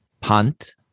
punt